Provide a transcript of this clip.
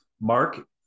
Mark